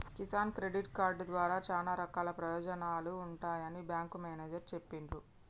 Kisan credit card ద్వారా చానా రకాల ప్రయోజనాలు ఉంటాయని బేంకు మేనేజరు చెప్పిన్రు